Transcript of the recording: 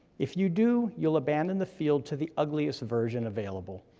if you do you'll abandon the field to the ugliest version available,